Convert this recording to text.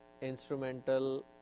instrumental